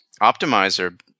optimizer